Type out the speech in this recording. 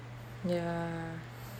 ya